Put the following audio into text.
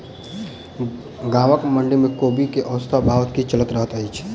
गाँवक मंडी मे कोबी केँ औसत भाव की चलि रहल अछि?